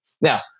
Now